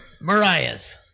Mariah's